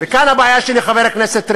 וכאן הבעיה שלי, חבר הכנסת ריבלין,